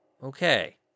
Okay